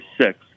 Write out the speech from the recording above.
six